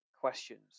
questions